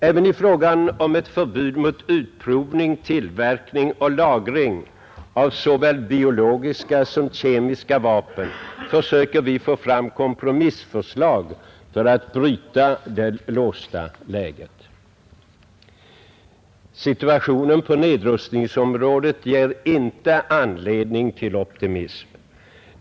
Även i frågan om ett förbud mot utprovning, tillverkning och lagring av såväl biologiska som kemiska vapen försöker vi få fram kompromissförslag för att bryta det låsta läget. Situationen på nedrustningsområdet ger inte anledning till optimism.